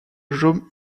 jaume